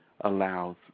allows